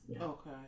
Okay